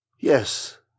Yes